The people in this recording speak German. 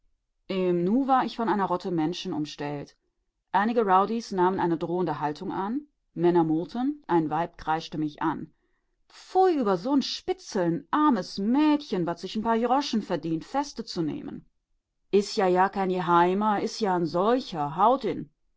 im nu von einer rotte menschen umstellt einige rowdies nahmen eine drohende haltung an männer murrten ein weib kreischte mich an pfui über so nen spitzel n armes mächen wat sich n paar jroschen verdient feste zu nehmen is ja jar keen jeheimer is ja n